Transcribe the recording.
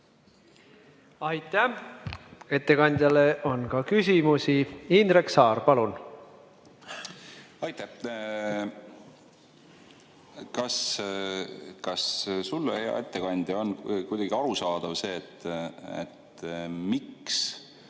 Aitäh! Ettekandjale on ka küsimusi. Indrek Saar, palun! Aitäh! Kas sulle, hea ettekandja, on kuidagi arusaadav, miks